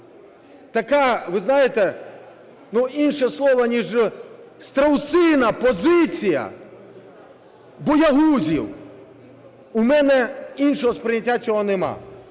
така, ви знаєте, інше слово ніж "страусина позиція" боягузів, у мене іншого сприйняття цього немає.